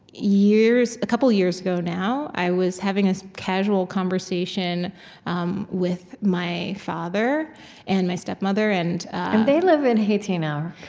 years a couple years ago now, i was having a casual conversation um with my father and my stepmother, and and they live in haiti now,